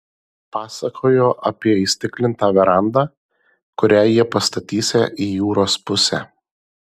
pasakojo apie įstiklintą verandą kurią jie pastatysią į jūros pusę